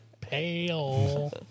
Pale